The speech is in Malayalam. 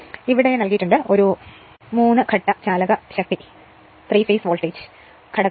ഇവിടെ നൽകിയിട്ടുണ്ട് ഇത് ഒരു 3 ശാഖാ ചാലകശക്തി ഘടകം ആണെന്ന്